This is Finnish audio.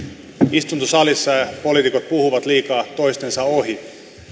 istuntosalissa poliitikot puhuvat liikaa toistensa ohi